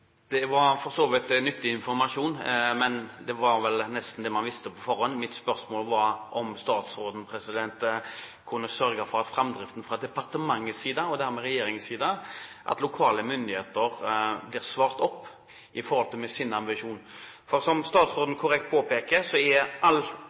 Det var for så vidt nyttig informasjon, men det var vel nesten det man visste på forhånd. Mitt spørsmål var om statsråden kunne sørge for framdriften fra departementets side og dermed regjeringens side, slik at lokale myndigheter blir fulgt opp i forhold til sin ambisjon. Som